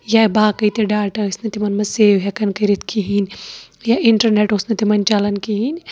یا باقٕے تہِ ڈاٹا ٲسۍ نہٕ تِمن منٛز سیو ہیٚکان کٔرِتھ کِہینۍ یا اِنٹرنیٹ اوس نہٕ تِمن چلان کِہینۍ